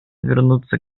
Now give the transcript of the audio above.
вернуться